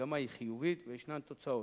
המגמה היא חיובית וישנן תוצאות.